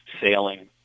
sailing